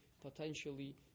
potentially